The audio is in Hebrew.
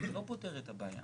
זה לא פותר את הבעיה.